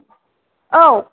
ओव